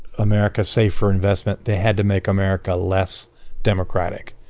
america safe for investment, they had to make america less democratic.